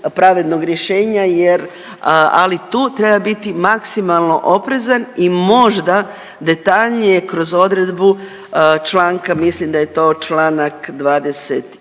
pravednog rješenja jer, ali tu treba biti maksimalno oprezan i možda detaljnije kroz odredbu članka, mislim da je to čl. 27.